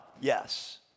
yes